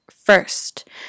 first